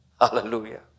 Hallelujah